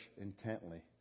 intently